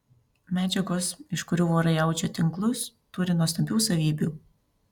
medžiagos iš kurių vorai audžia tinklus turi nuostabių savybių